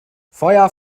feuer